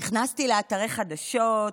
נכנסתי לאתרי חדשות,